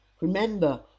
remember